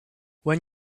when